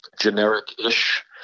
generic-ish